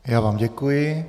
Já vám děkuji.